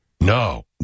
No